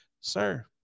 sir